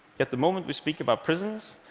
yet the moment we speak about prisons,